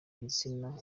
igitsina